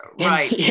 Right